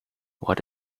what